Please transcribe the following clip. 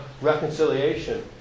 reconciliation